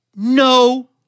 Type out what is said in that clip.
No